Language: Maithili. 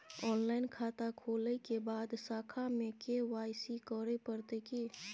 ऑनलाइन खाता खोलै के बाद शाखा में के.वाई.सी करे परतै की?